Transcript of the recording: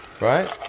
right